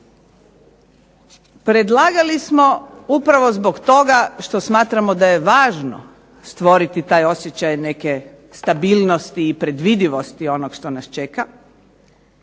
Predlagali smo upravo zbog toga što smatramo da je važno stvoriti taj osjećaj neke stabilnosti i predvidivosti onog što nas čeka,